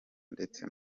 ndetse